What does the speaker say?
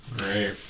right